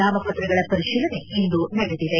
ನಾಮಪತ್ರಗಳ ಪರಿಶೀಲನೆ ಇಂದು ನಡೆದಿದೆ